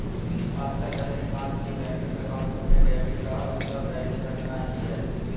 आजकल हर इन्सान के बैंक अकाउंट में डेबिट का मतलब पैसे कटना ही है